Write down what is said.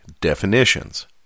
Definitions